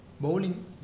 Bowling